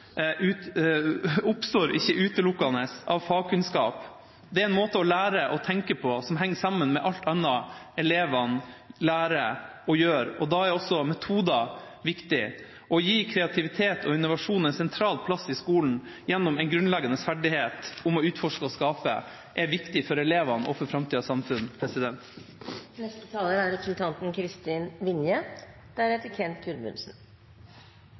oppstår ikke utelukkende av fagkunnskap. Det er en måte å lære å tenke på som henger sammen med alt annet elevene lærer og gjør, og da er også metoder viktig. Å gi kreativitet og innovasjon en sentral plass i skolen gjennom en grunnleggende ferdighet til å utforske og skape er viktig for elevene og for framtidas samfunn. Regjeringen har høye ambisjoner for Norge som kunnskapsnasjon. Kunnskap og kompetanse er